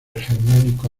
germánico